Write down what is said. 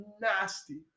nasty